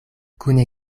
kune